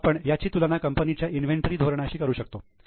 आता आपण याची तुलना कंपनीच्या इन्व्हेंटरी धोरणाशी करू शकतो